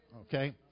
Okay